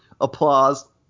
applause